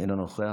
אינו נוכח.